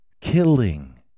killing